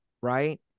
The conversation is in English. right